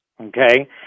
Okay